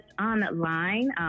online